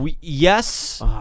Yes